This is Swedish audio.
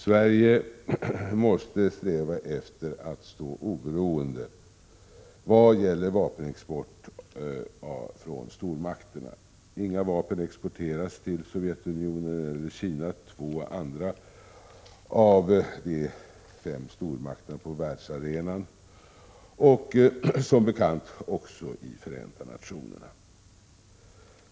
Sverige måste sträva efter att stå oberoende av stormakterna vad gäller vapenexport. Inga vapen exporteras till Sovjetunionen eller Kina, två andra av de fem stormakterna på världsarenan och i Förenta nationerna.